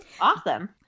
awesome